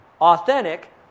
authentic